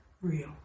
real